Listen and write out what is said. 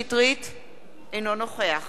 אינו נוכח נחמן שי,